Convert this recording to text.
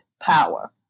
power